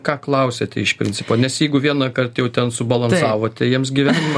ką klausiate iš principo nes jeigu vienąkart jau ten subalansavote jiems gyvenimą